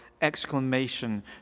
exclamation